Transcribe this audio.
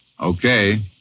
Okay